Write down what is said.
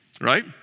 right